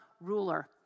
ruler